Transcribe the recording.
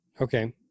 Okay